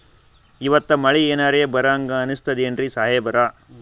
ಇವತ್ತ ಮಳಿ ಎನರೆ ಬರಹಂಗ ಅನಿಸ್ತದೆನ್ರಿ ಸಾಹೇಬರ?